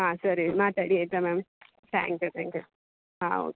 ಹಾಂ ಸರಿ ಮಾತಾಡಿ ಆಯಿತಾ ma'am thank you thank you ಹಾಂ ಓಕೆ